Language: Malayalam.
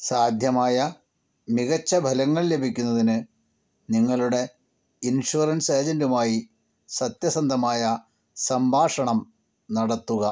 സാധ്യമായ മികച്ച ഫലങ്ങൾ ലഭിക്കുന്നതിന് നിങ്ങളുടെ ഇൻഷുറൻസ് ഏജൻറ്റുമായി സത്യസന്ധമായ സംഭാഷണം നടത്തുക